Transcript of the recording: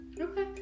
Okay